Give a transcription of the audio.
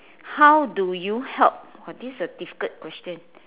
how do you help !wah! this is a difficult question